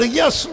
yes